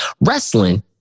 wrestling